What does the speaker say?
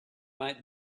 might